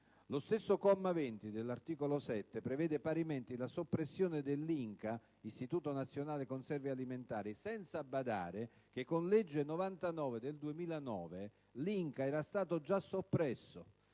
Lo stesso comma 20 dell'articolo 7 prevede parimenti la soppressione dell'INCA (Istituto nazionale conserve alimentari), senza badare che con legge n. 99 del 2009 l'INCA era già stato soppresso